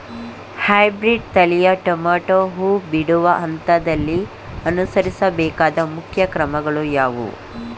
Hybrid ತಳಿಯ tomato ಹೂ ಬಿಡುವ ಹಂತದಲ್ಲಿ ಅನುಸರಿಸಬೇಕಾದ ಮುಖ್ಯ ಕ್ರಮಗಳು ಯಾವುವು?